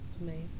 Amazing